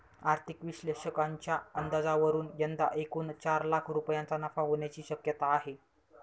आर्थिक विश्लेषकांच्या अंदाजावरून यंदा एकूण चार लाख रुपयांचा नफा होण्याची शक्यता आहे